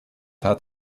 hat